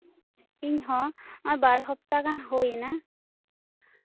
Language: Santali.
ᱤᱧ ᱦᱚᱸ ᱵᱟᱨ ᱦᱟᱯᱛᱟ ᱜᱟᱱ ᱦᱩᱭᱮᱱᱟ